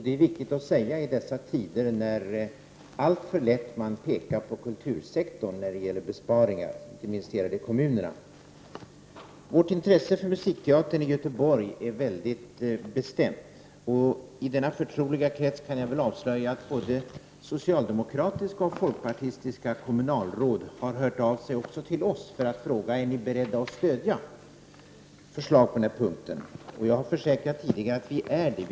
Detta är viktigt att säga i dessa tider, när man alltför lätt pekar på kultursektorn när det gäller besparingar. Inte minst gäller detta i kommunerna. Vårt intresse för musikteatern i Göteborg är väldigt bestämt. I denna förtroliga krets kan jag väl avslöja att både socialdemokratiska och folkpartistiska kommunalråd har hört av sig också till oss för att fråga om vi är beredda att stödja förslag på den här punkten. Jag har tidigare försäkrat dem att vi är det.